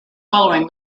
following